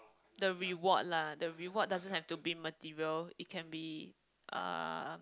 the reward lah the reward doesn't have to be material it can be uh